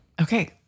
Okay